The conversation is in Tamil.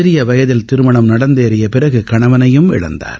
சிறிய வயதில் திருமணம் நடந்தேறிய பிறகு கணவனையும் இழந்தார்